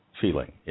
feeling